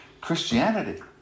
Christianity